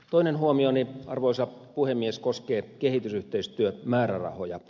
toinen huomioni arvoisa puhemies koskee kehitysyhteistyömäärärahoja